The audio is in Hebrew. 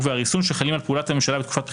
והריסון החלים על פעולת הממשלה בתקופת בחירות,